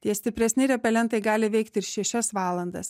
tie stipresni repelentai gali veikti ir šešias valandas